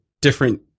different